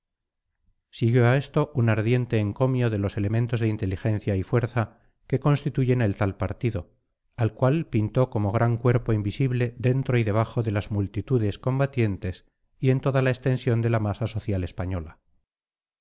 siguió a esto un ardiente encomio de los elementos de inteligencia y fuerza que constituyen el tal partido al cual pintó como un gran cuerpo invisible dentro y debajo de las multitudes combatientes y en toda la extensión de la masa social española